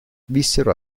vissero